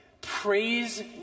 praise